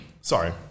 Sorry